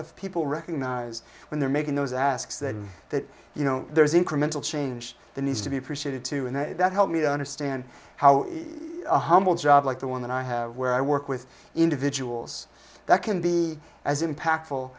of people recognize when they're making those asks the that you know there's incremental change the needs to be appreciated too and that helped me to understand how humble job like the one that i have where i work with individuals that can be as impactful